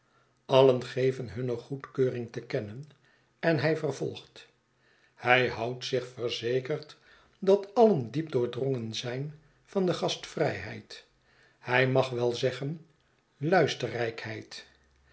allen geven hunne goedkeuring te kennen en hij vervolgt hij houdt zich verzekerd dat alien diep doordrongen zijn van de gastvrijheid hij mag wel zeggen